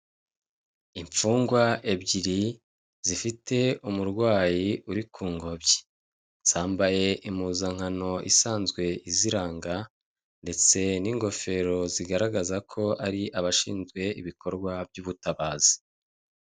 Imfungwa ebyiri zifite umurwayi uri ngobyi . Zambaye impuzankano isanzwe iziranga ndetse n' ingofero zigaragazako, ar' abashinzwe ibikorwa by'ubutabazi.